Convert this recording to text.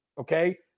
okay